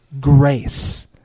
grace